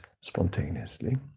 spontaneously